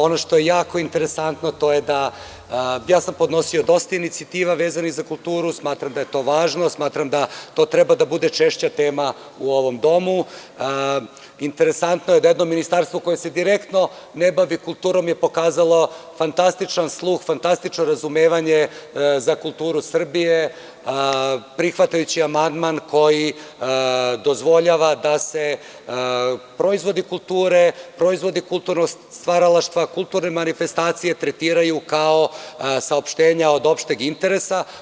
Ono što je jako interesantno, to je da samja podnosio dosta inicijativa vezanih za kulturu, smatram da je to važno, smatram da to treba da bude češća tema u ovom domu, interesantno je da jedno ministarstvo koje se direktno ne bavi kulturom je pokazalo fantastičan sluh, fantastično razumevanja za kulturu Srbije prihvatajući amandman koji dozvoljava da se proizvodi kulture, proizvodi kulturnog stvaralaštva, kulturne manifestacije tretiraju kao saopštenja od opšteg interesa.